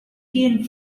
vielen